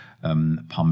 Pump